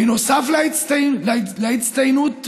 בנוסף להצטיינות,